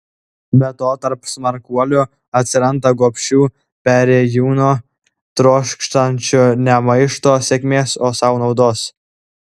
be to tarp smarkuolių atsiranda gobšių perėjūnų trokštančių ne maišto sėkmės o sau naudos